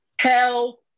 Hell